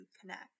connect